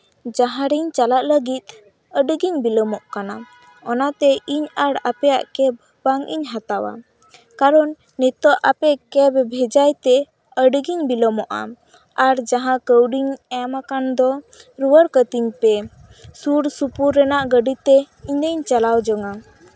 ᱡᱟᱦᱟᱸᱨᱤᱧ ᱪᱟᱞᱟᱜ ᱞᱟᱹᱜᱤᱫ ᱟᱹᱰᱤᱜᱤᱧ ᱵᱤᱞᱚᱢᱚᱜ ᱠᱟᱱᱟ ᱚᱱᱟᱛᱮ ᱤᱧ ᱟᱨ ᱟᱯᱮᱭᱟᱜ ᱠᱮᱵᱽ ᱵᱟᱝ ᱤᱧ ᱦᱟᱛᱟᱣᱟ ᱠᱟᱨᱚᱱ ᱱᱤᱛᱚᱜ ᱟᱯᱮ ᱠᱮᱵᱽ ᱵᱷᱮᱡᱟᱭ ᱛᱮ ᱟᱹᱰᱤᱜᱤᱧ ᱵᱤᱞᱚᱢᱚᱜᱼᱟ ᱟᱨ ᱡᱟᱦᱟᱸ ᱠᱟᱹᱣᱰᱤᱧ ᱮᱢ ᱟᱠᱟᱱ ᱫᱚ ᱨᱩᱣᱟᱹᱲ ᱠᱟᱹᱛᱤᱧ ᱯᱮ ᱥᱩᱨ ᱥᱩᱯᱩᱨ ᱨᱮᱱᱟᱜ ᱜᱟᱹᱰᱤ ᱛᱮ ᱤᱧ ᱫᱩᱧ ᱪᱟᱞᱟᱣ ᱡᱚᱝᱼᱟ